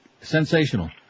Sensational